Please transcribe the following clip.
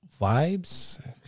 vibes